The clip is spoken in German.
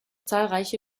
zahlreiche